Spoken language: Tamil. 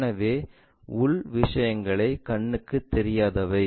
எனவே உள் விஷயங்கள் கண்ணுக்கு தெரியாதவை